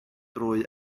trwy